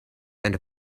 and